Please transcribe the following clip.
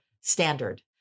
standard